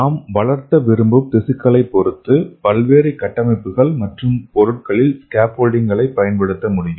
நாம் வளர்க்க விரும்பும் திசுக்களைப் பொறுத்து பல்வேறு கட்டமைப்புகள் மற்றும் பொருட்களில் ஸ்கேஃபோல்டிங்களை பயன்படுத்த முடியும்